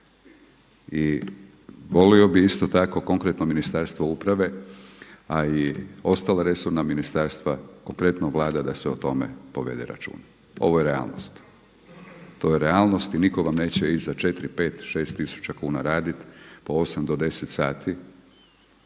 I volio bih isto tako konkretno Ministarstvo uprave a i ostala resorna ministarstva konkretno Vlada da se o tome povede računa, ovo je realnost. To je realnost i nitko vam neće iza 4, 5, 6 tisuća kuna raditi po 8 do 10 sati